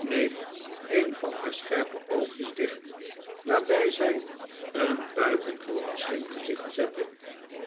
kneep een van haar scherpe oogjes dicht waarbij zij een buitengewoon slim gezicht zette